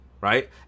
right